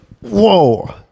whoa